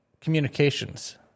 communications